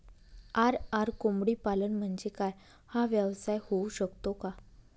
RR कोंबडीपालन म्हणजे काय? हा व्यवसाय होऊ शकतो का?